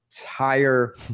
entire